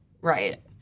Right